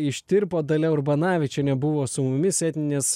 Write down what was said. ištirpo dalia urbanavičienė buvo su mumis etninės